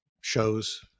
shows